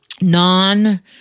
non